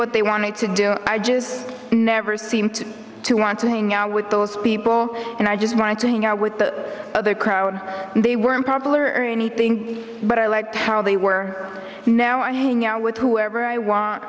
what they wanted to do i just never seemed to want to hang out with those people and i just wanted to hang out with the other crowd and they weren't popular anything but i liked how they were now i hang out with whoever i want